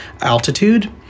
altitude